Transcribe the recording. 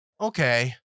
Okay